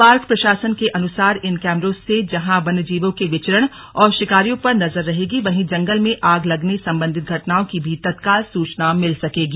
park प्रशासन के अनुसार इन कैमरों से जहां वन्यजीयों के विचरण और शिकारियों पर नजर रहेगी वहीं जंगल में आग लगने संबंधी घटनाओं की भी तत्काल सूचना मिल सकेगी